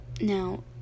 Now